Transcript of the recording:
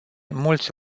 mulți